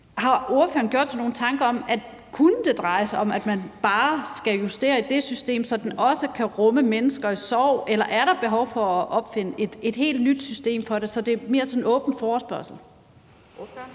Har ordføreren gjort sig nogen tanker om, om det kunne dreje sig om, at man bare skal justere i dét system, så det også kan rumme mennesker i sorg, eller er der behov for at opfinde et helt nyt system til det? Så det er mere sådan en åben forespørgsel. Kl.